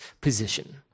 position